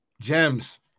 Gems